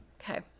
okay